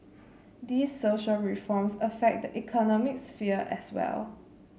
these social reforms affect the economic sphere as well